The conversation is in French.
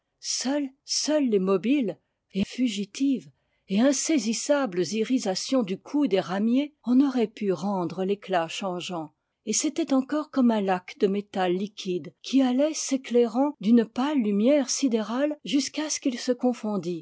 voir seules les mobiles et fugitives et insaisissables irisations du cou des ramiers en auraient pu rendre l'éclat changeant et c'était encore comme un lac de métal liquide qui allait s'éclairant d'une pâle lumière sidérale jusqu'à ce qu il se confondît